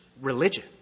religion